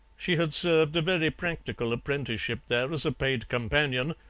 she had served a very practical apprenticeship there as a paid companion,